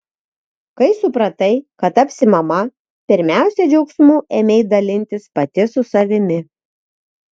kai supratai kad tapsi mama pirmiausia džiaugsmu ėmei dalintis pati su savimi